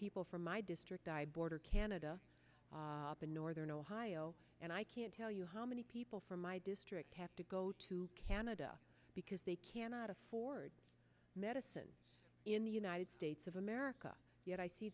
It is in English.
people from my district canada northern ohio and i can't tell you how many people from my district have to go to canada because they cannot afford medicine in the united states of america yet i see